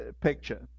picture